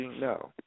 No